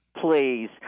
Please